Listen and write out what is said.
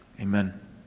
Amen